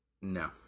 No